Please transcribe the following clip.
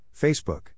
Facebook